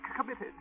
committed